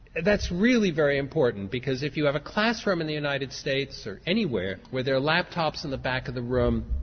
that's really very important because if you have a classroom in the united states or anywhere where there are laptops in the back of the room,